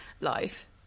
life